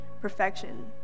perfection